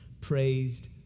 praised